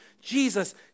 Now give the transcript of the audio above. Jesus